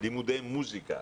לימודי מוזיקה